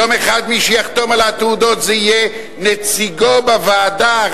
יום אחד מי שיחתום על התעודות יהיה נציגו בוועדה,